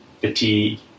fatigue